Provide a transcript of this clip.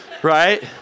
right